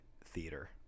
theater